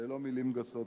אלה לא מלים גסות,